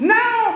now